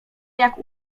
jak